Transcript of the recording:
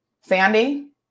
Sandy